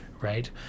right